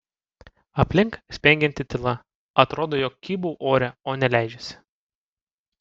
aplink spengianti tyla atrodo jog kybau ore o ne leidžiuosi